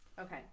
Okay